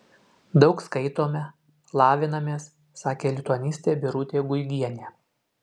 daug skaitome lavinamės sakė lituanistė birutė guigienė